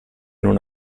non